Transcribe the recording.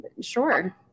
sure